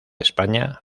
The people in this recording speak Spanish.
españa